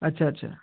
আচ্ছা আচ্ছা